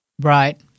Right